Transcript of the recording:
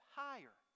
higher